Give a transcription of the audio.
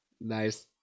Nice